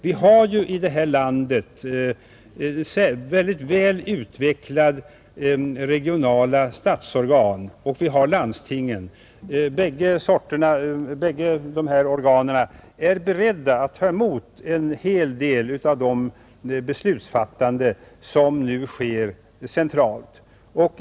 Vi har ju i det här landet väl utvecklade regionala statsorgan, och vi har landstingen. Bägge sorternas organ är beredda att ta hand om en hel del av det beslutsfattande som nu sker centralt.